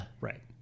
Right